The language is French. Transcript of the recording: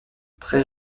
très